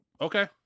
okay